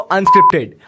Unscripted